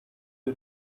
you